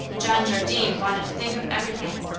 john jardine wanted to think of everything,